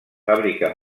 fàbrica